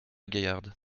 gaillarde